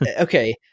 okay